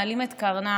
מעלים את קרנם,